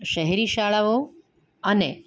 શહેરી શાળાઓ અને